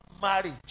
marriage